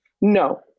No